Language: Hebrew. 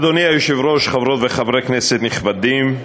אדוני היושב-ראש, חברות וחברי כנסת נכבדים,